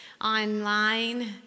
online